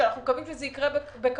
אנחנו מקווים שזה יקרה בקרוב.